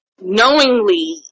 knowingly